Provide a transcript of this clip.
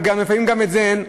ולפעמים גם זה אין.